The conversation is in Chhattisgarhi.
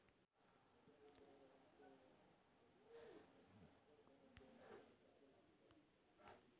कददू के बीज ला कोन कोन मेर लगय सकथन?